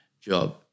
job